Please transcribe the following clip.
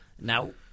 Now